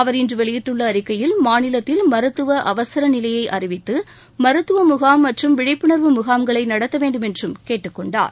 அவர் இன்று வெளியிட்டுள்ள அறிக்கையில் மாநிலத்தில் மருத்துவ அவர நிலையை அறிவித்து மருத்துவ முகாம் மற்றும் விழிப்புணா்வு முகாம்களை நடத்த வேண்டுமென்றும் கேட்டுக் கொண்டார்